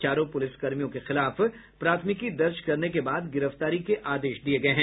चारों पुलिस कर्मियों के खिलाफ प्राथमिकी दर्ज करने के बाद गिरफ्तारी के आदेश दिये हैं